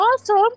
awesome